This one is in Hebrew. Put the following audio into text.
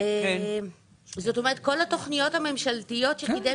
זאת אומרת כל התוכניות הממשלתיות שקידם